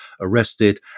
arrested